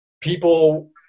people